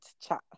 chat